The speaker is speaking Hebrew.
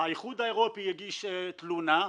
האיחוד האירופי הגיש תלונה,